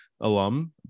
alum